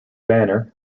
banner